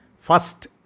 first